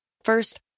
First